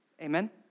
Amen